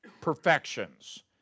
perfections